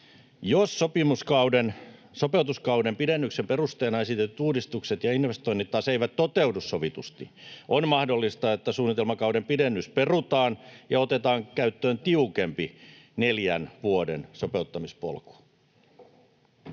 Jos sopeutuskauden pidennyksen perusteena esitetyt uudistukset ja investoinnit taas eivät toteudu sovitusti, on mahdollista, että suunnitelmakauden pidennys perutaan ja otetaan käyttöön tiukempi neljän vuoden sopeuttamispolku.